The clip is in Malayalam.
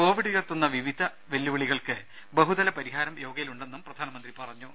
കോവിഡ് ഉയർത്തുന്ന വിവിധ വെല്ലുവിളികൾക്ക് ബഹുതല പരിഹാരം യോഗയിലുണ്ടെന്നും പ്രധാനമന്ത്രി പറഞ്ഞു